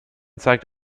zeigt